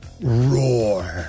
Roar